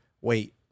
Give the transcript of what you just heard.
wait